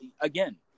again